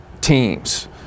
teams